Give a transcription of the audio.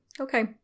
Okay